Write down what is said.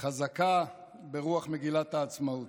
חזקה, ברוח מגילת העצמאות.